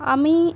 আমি